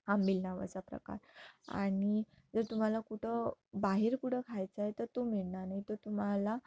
आंबील नावाचा प्रकार आणि जर तुम्हाला कुठं बाहेर कुठं खायचं आहे तर तो मिळणार नाही तर तुम्हाला